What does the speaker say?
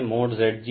Zg